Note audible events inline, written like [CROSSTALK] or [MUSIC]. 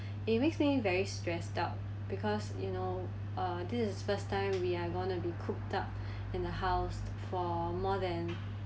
it makes me very stressed out because you know uh this is first time we are going to be cooped up [BREATH] in the house for more than